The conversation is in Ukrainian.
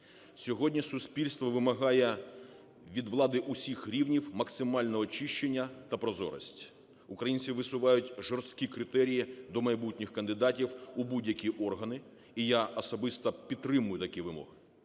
Сьогодні суспільство вимагає від влади усіх рівнів максимального очищення та прозорості. Українці висувають жорсткі критерії до майбутніх кандидатів у будь-які органи, і я особисто підтримую такі вимоги.